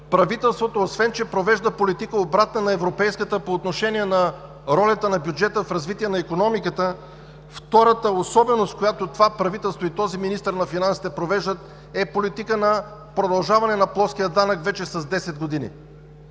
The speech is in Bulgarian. правителството провежда политика, обратна на европейската по отношение на ролята на бюджета в развитието на икономиката, втората особеност, която това правителство и този министър на финансите провеждат, е политиката на продължаване на плоския данък вече с десет години.